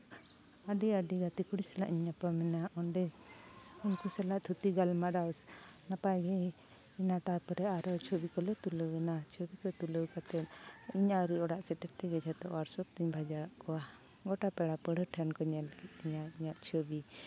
ᱟᱹᱰᱤ ᱟᱹᱰᱤ ᱜᱟᱛᱮ ᱠᱩᱲᱤ ᱥᱟᱞᱟᱜ ᱤᱧ ᱧᱟᱯᱟᱢᱮᱱᱟ ᱚᱸᱰᱮ ᱩᱱᱠᱩ ᱥᱟᱞᱟᱜ ᱛᱷᱩᱛᱤ ᱜᱟᱞᱢᱟᱨᱟᱣ ᱥᱮ ᱱᱟᱯᱟᱭ ᱜᱮ ᱤᱱᱟᱹ ᱛᱟᱨᱮᱨᱚ ᱟᱨᱚ ᱪᱷᱚᱵᱤ ᱠᱚᱞᱮ ᱛᱩᱞᱟᱹᱣ ᱱᱟ ᱪᱷᱚᱵᱤ ᱠᱚ ᱛᱩᱞᱟᱹᱣ ᱠᱟᱛᱮ ᱤᱧ ᱟᱣᱨᱤ ᱚᱲᱟᱜ ᱟᱣᱨᱤ ᱥᱮᱴᱮᱨ ᱛᱮᱜᱮ ᱡᱷᱚᱛᱚ ᱦᱳᱣᱟᱴᱥᱚᱯ ᱛᱮᱧ ᱵᱷᱮᱡᱟᱣᱟᱫ ᱠᱚᱣᱟ ᱜᱚᱴᱟ ᱯᱮᱲᱟ ᱯᱟᱺᱲᱦᱟᱹ ᱴᱷᱮᱱ ᱠᱚ ᱧᱮᱞ ᱠᱮᱫ ᱛᱤᱧᱟᱹ ᱤᱧᱟᱹᱜ ᱪᱷᱚᱵᱤ